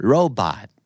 Robot